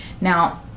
now